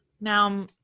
Now